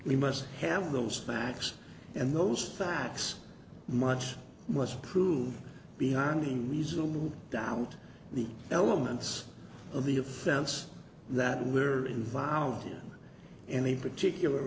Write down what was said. we must have those facts and those facts much must prove beyond a reasonable doubt the elements of the offense that were involved in any particular